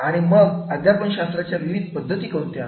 आणि मग अध्यापन शास्त्राच्या विविध पद्धती कोणत्या